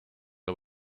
her